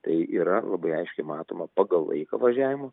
tai yra labai aiškiai matoma pagal laiką važiavimo